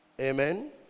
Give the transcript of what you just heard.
Amen